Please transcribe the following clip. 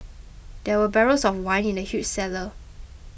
there were barrels of wine in the huge cellar